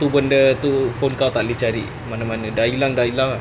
tu benda tu phone kau takleh cari mana-mana dah hilang dah hilang ah